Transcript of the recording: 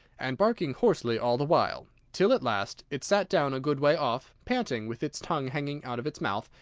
and barking hoarsely all the while, till at last it sat down a good way off, panting, with its tongue hanging out of its mouth,